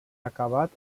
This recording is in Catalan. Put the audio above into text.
acabat